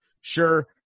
sure